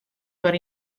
foar